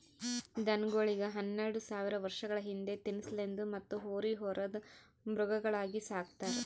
ದನಗೋಳಿಗ್ ಹನ್ನೆರಡ ಸಾವಿರ್ ವರ್ಷಗಳ ಹಿಂದ ತಿನಸಲೆಂದ್ ಮತ್ತ್ ಹೋರಿ ಹೊರದ್ ಮೃಗಗಳಾಗಿ ಸಕ್ತಾರ್